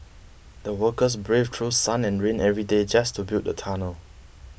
the workers braved through sun and rain every day just to build the tunnel